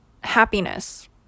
happiness